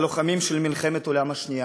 הלוחמים של מלחמת העולם השנייה.